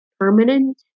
permanent